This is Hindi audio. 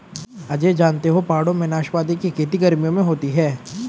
अजय जानते हो पहाड़ों में नाशपाती की खेती गर्मियों में होती है